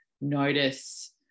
notice